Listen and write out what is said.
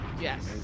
Yes